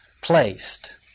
placed